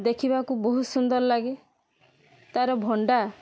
ଦେଖିବାକୁ ବହୁତ ସୁନ୍ଦର ଲାଗେ ତାର ଭଣ୍ଡା